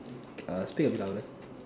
err speak a bit louder